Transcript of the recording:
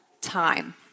time